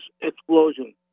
Explosion